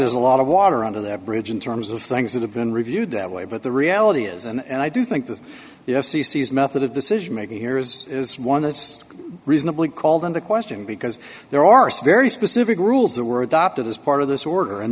there's a lot of water under that bridge in terms of things that have been reviewed that way but the reality is and i do think that the f c c is method of decision making here is one that's reasonably called into question because there are some very specific rules that were adopted as part of this order and